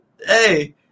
hey